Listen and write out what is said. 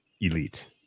Elite